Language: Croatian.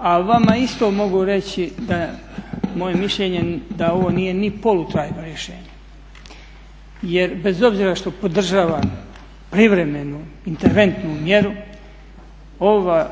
vama isto mogu reći moje mišljenje da ovo nije ni polu-trajno rješenje. Jer bez obzira što podržavam privremenu interventnu mjeru